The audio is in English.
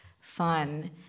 fun